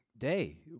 day